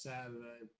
Saturday